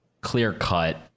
clear-cut